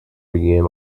began